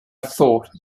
thought